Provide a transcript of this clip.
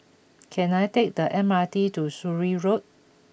can I take the M R T to Surrey Road